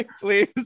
please